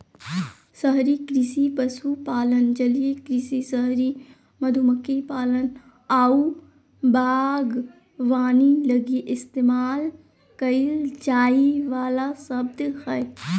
शहरी कृषि पशुपालन, जलीय कृषि, शहरी मधुमक्खी पालन आऊ बागवानी लगी इस्तेमाल कईल जाइ वाला शब्द हइ